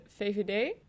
VVD